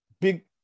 Big